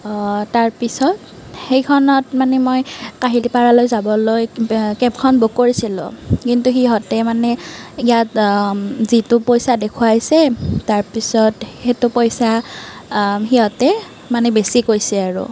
তাৰ পিছত সেইখনত মানে মই কাহিলীপাৰালৈ যাবলৈ কেবখন বুক কৰিছিলো কিন্তু সিহঁতে মানে ইয়াত যিটো পইচা দেখুৱাইছে তাৰ পিছত সেইটো পইচা সিহঁতে মানে বেছি কৈছে আৰু